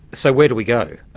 so where do we go?